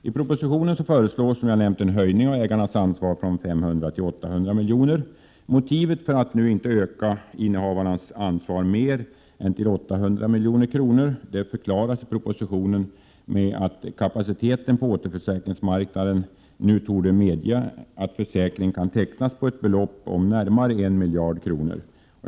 I propositionen föreslås som jag nämnt en höjning av ägarnas ansvarighet från 500 till 800 milj.kr. Motivet för att inte nu öka innehavarnas ansvarighet mer än till 800 milj.kr. förklaras i propositionen med att kapaciteten på återförsäkringsmarknaden nu torde medge att försäkring kan tecknas för ett belopp om närmare 1 miljard kronor.